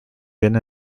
been